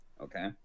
okay